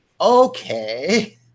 Okay